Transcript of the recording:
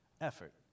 effort